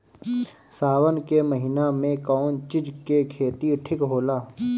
सावन के महिना मे कौन चिज के खेती ठिक होला?